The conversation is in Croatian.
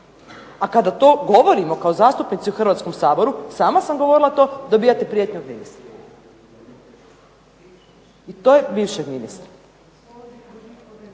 A kada to govorimo kao zastupnici u Hrvatskom saboru, sama sam govorila to, dobivate prijetnju od ministra. I to bivšeg ministra.